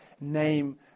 name